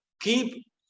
keep